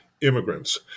immigrants